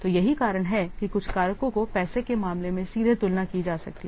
तो यही कारण है कि कुछ कारकों को पैसे के मामले में सीधे तुलना की जा सकती है